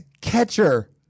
Catcher